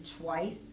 twice